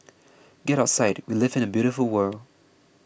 get outside we live in a beautiful world